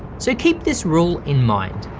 so keep this rule in mind,